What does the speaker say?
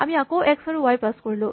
আমি আকৌ এক্স আৰু ৱাই পাচ কৰিলোঁ